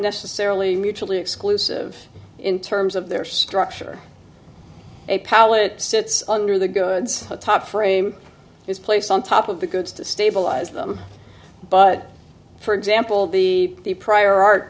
necessarily mutually exclusive in terms of their structure a pallet sits under the goods the top frame is placed on top of the goods to stabilize them but for example the the prior art